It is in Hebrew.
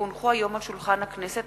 כי הונחו היום על שולחן הכנסת,